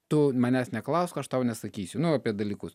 tu manęs neklausk aš tau nesakysiu nu apie dalykus